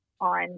on